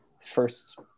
first